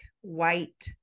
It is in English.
white